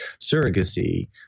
surrogacy